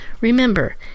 Remember